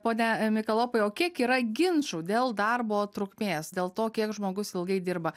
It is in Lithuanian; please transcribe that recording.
pone mikalopai o kiek yra ginčų dėl darbo trukmės dėl to kiek žmogus ilgai dirba